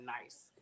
nice